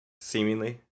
seemingly